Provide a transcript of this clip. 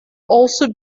also